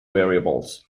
variables